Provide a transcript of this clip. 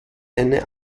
eine